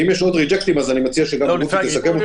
אם יש עוד ריג'קטים, אני מציע שרותי תסכם אותם.